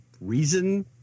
reason